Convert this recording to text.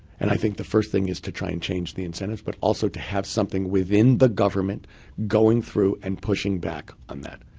and i think the first thing is to try and change the incentives, but also to have something within the government going through and pushing back on that.